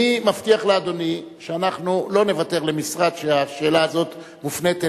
אני מבטיח לאדוני שאנחנו לא נוותר למשרד שהשאלה הזאת מופנית אליו,